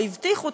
או הבטיחו,